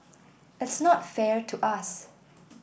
it's not fair to us